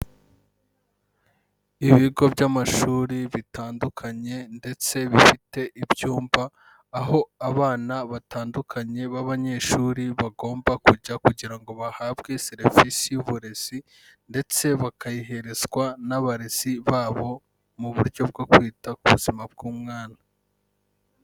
Ibigo by'amashuri bitandukanye ndetse bifite ibyumba, aho abana batandukanye b'abanyeshuri bagomba kujya kugira ngo bahabwe serivisi y'uburezi, ndetse bakayiherezwa n'abarezi babo, mu buryo bwo kwita ku buzima bw'umwana.